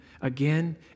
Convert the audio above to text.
again